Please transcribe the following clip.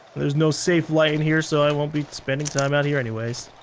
there's no safe light in here, so i won't be spending time out here anyways.